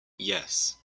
yes